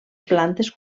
plantes